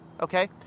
okay